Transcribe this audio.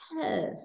yes